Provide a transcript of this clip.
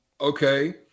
Okay